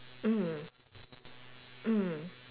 mm mm